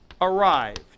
arrived